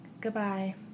Goodbye